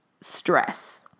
Stress